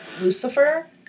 Lucifer